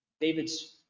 David's